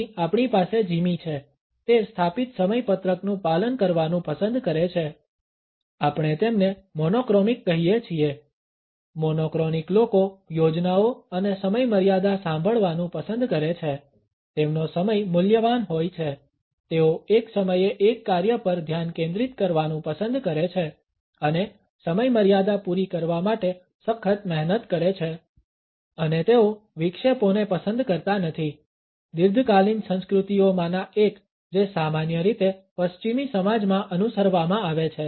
અહીં આપણી પાસે જિમી છે તે સ્થાપિત સમયપત્રકનું પાલન કરવાનું પસંદ કરે છે આપણે તેમને મોનોક્રોમિક કહીએ છીએ મોનોક્રોનિક લોકો યોજનાઓ અને સમયમર્યાદા સાંભળવાનું પસંદ કરે છે તેમનો સમય મૂલ્યવાન હોય છે તેઓ એક સમયે એક કાર્ય પર ધ્યાન કેન્દ્રિત કરવાનું પસંદ કરે છે અને સમયમર્યાદા પૂરી કરવા માટે સખત મહેનત કરે છે અને તેઓ વિક્ષેપોને પસંદ કરતા નથી દીર્ઘકાલીન સંસ્કૃતિઓમાંના એક જે સામાન્ય રીતે પશ્ચિમી સમાજમાં અનુસરવામાં આવે છે